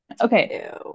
okay